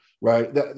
right